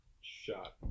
shot